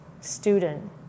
student